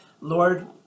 Lord